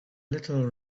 little